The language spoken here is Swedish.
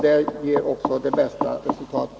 Det ger också det bästa resultatet.